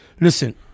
Listen